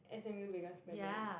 S_M_U biggest pageant